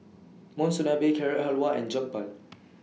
Monsunabe Carrot Halwa and Jokbal